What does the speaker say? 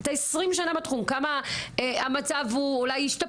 אתה 20 שנה בתחום, כמה המצב השתפר?